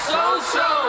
So-so